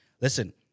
listen